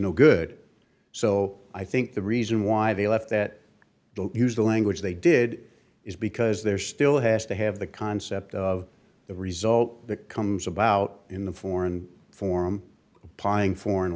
no good so i think the reason why they left that don't use the language they did is because there still has to have the concept of the result that comes about in the foreign form applying foreign